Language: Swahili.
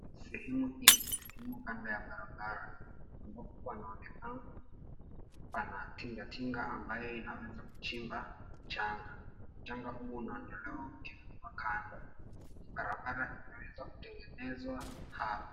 Sehemu hii ni shimo kando ya barabara ambapo panaonekana pana tingatinga ambayo inaweza kuchimba mchanga. Mchanga huo unaondolewa ukiwekwa kando. Barabara inaweza kutengenezwa hapa.